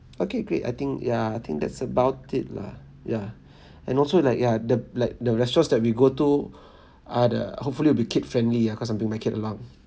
okay great I think yeah I think that's about it lah ya and also like ya the like the restaurants that we go to are the hopefully will be kid friendly ah because I'm bringing my kid along